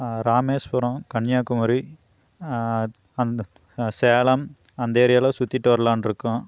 ராமேஸ்வரம் கன்னியாகுமரி அந்த சேலம் அந்த ஏரியாலாம் சுத்திவிட்டு வர்லாம்ன்ருக்கோம்